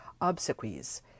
obsequies